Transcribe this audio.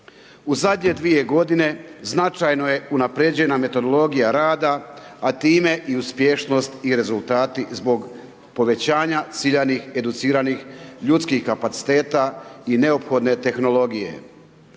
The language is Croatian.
U zadnje 2 g. značajno je unaprijeđena metodologija rada, a time i uspješnost i rezultati zbog povećanja, ciljanih, educiranih ljudskih kapaciteta i neophodne tehnologije.